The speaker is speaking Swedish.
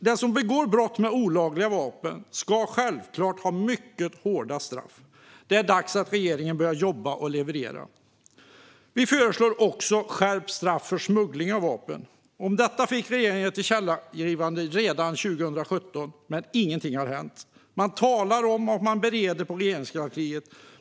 Den som begår brott med olagliga vapen ska självklart få ett mycket hårt straff. Det är dags att regeringen börjar jobba och leverera. Vi föreslår också skärpt straff för smuggling av vapen. Om detta fick regeringen ett tillkännagivande redan 2017. Men ingenting har hänt. Man talar om att man bereder det i Regeringskansliet.